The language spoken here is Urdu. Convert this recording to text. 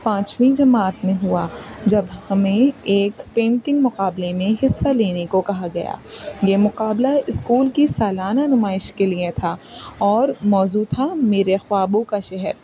پانچویں جماعت میں ہوا جب ہمیں ایک پینٹنگ مقابلے میں حصہ لینے کو کہا گیا یہ مقابلہ اسکول کی سالانہ نمائش کے لیے تھا اور موضوع تھا میرے خوابوں کا شہر